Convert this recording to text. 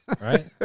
Right